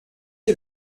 est